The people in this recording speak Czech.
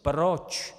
Proč?